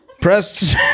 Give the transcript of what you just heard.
Press